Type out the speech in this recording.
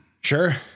Sure